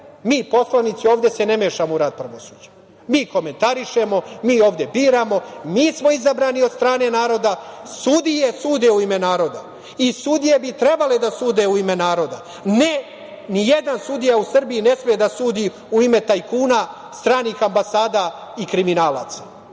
Mi poslanici ovde se ne mešamo u rad pravosuđa. Mi komentarišemo, mi ovde biramo, mi smo izabrani od strane naroda, sudije sude u ime naroda i sudije bi trebalo da sude u ime naroda. Ne, nijedan sudija u Srbiji ne sme da sudi u ime tajkuna, stranih ambasada i kriminalaca.